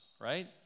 right